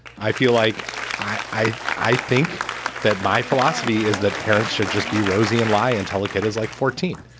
i feel like i. i i think that my philosophy is that parents should just be rosy and lie until like the is like fourteen.